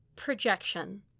Projection